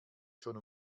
schon